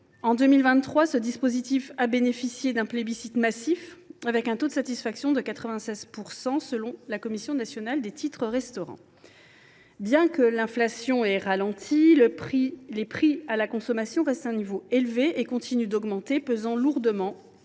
En 2023, ce dispositif a bénéficié d’un plébiscite massif, avec un taux de satisfaction de 96 % selon la Commission nationale des titres restaurant. Bien que l’inflation ait ralenti, les prix à la consommation restent à un niveau élevé et continuent d’augmenter, pesant toujours